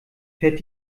fährt